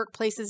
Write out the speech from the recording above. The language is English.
workplaces